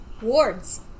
Wards